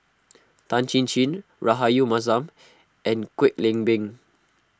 Tan Chin Chin Rahayu Mahzam and Kwek Leng Beng